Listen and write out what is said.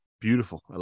Beautiful